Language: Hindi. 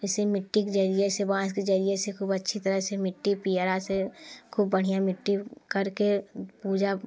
इसी मिट्टी के जरिए से बाँस के जरिए से खूब अच्छी तरह से मिट्टी पीढ़ा से खूब बढ़िया मिट्टी करके पूजा